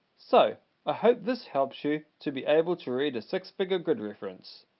so i hope this helps you to be able to read a six figure good reference.